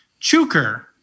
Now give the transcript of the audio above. Chuker